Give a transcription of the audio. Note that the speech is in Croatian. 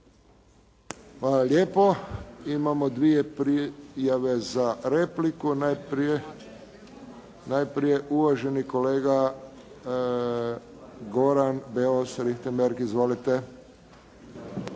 Hvala lijepo. Imamo dvije prijave za repliku. Najprije uvaženi kolega Goran Beus Richembergh. **Beus